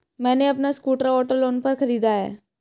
मैने अपना scooter auto loan पर खरीदा है